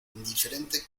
indiferente